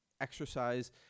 exercise